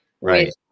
right